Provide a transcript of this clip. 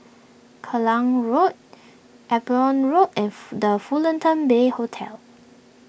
Klang Road Upavon Road F the Fullerton Bay Hotel